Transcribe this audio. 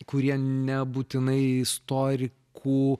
kurie nebūtinai istorikų